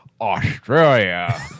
Australia